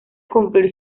cumplir